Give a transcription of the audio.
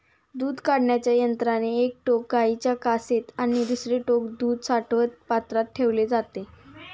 दूध काढण्याच्या यंत्राचे एक टोक गाईच्या कासेत आणि दुसरे टोक दूध साठवण पात्रात ठेवले जाते